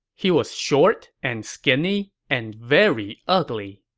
he was short and skinny, and very ugly.